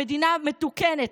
במדינה מתוקנת,